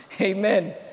Amen